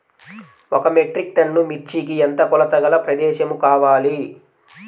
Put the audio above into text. ఒక metric tonne మిర్చికి ఎంత కొలతగల ప్రదేశము కావాలీ?